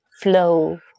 flow